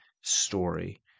story